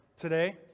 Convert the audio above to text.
today